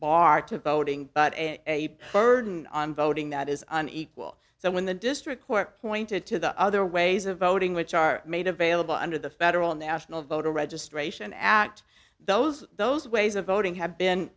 bar to voting but a burden on voting that is an equal so when the district court pointed to the other ways of voting which are made available under the federal national voter registration act those those ways of voting have been